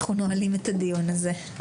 אנחנו נועלים את הדיון הזה.